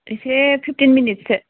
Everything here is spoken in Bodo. इसे फिफ्टिन मिनिट सो